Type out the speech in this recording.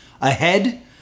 ahead